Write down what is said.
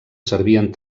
servien